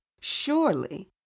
Surely